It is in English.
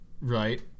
right